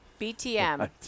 BTM